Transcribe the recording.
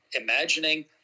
imagining